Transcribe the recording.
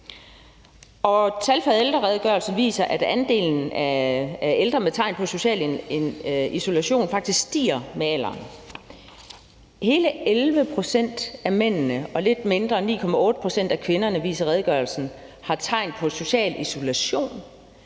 Tal fra ældreredegørelsen viser, at andelen af ældre med tegn på social isolation faktisk stiger med alderen. Hele 11 pct. af mændene og lidt mindre, 9,8 pct., af kvinderne, viser redegørelsen, har tegn på social isolation,